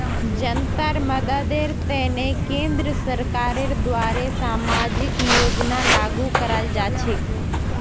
जनतार मददेर तने केंद्र सरकारेर द्वारे सामाजिक योजना लागू कराल जा छेक